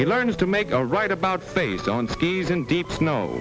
he learned to make a right about face on skis in deep snow